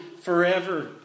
forever